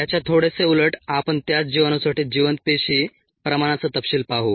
याच्या थोडेसे उलट आपण त्याच जिवाणूसाठी जिवंत पेशी प्रमाणाचा तपशील पाहू